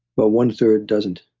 but one-third doesn't.